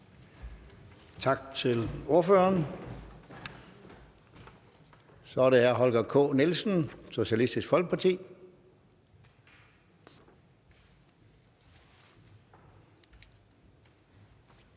Tak til ordføreren. Så er det hr. Holger K. Nielsen, Socialistisk Folkeparti.